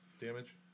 damage